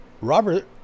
Robert